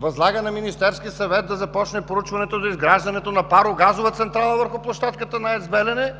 възлага на Министерския съвет да започне проучването, доизграждането на парогазова централа върху площадката на АЕЦ „Белене“